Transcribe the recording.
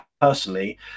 personally